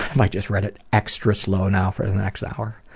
might just read it extra slow now for the next hour.